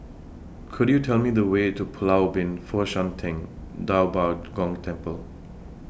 Could YOU Tell Me The Way to Pulau Ubin Fo Shan Ting DA Bo Gong Temple